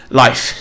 life